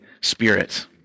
spirit